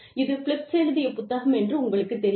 இது பிலிப்ஸ் எழுதிய புத்தகம் என்று உங்களுக்கும் தெரியும்